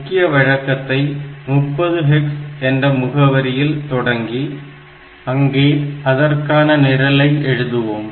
முக்கிய வழக்கத்தை 30 hex என்ற முகவரியில் தொடங்கி அங்கே அதற்கான நிரலை எழுதுவோம்